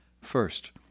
First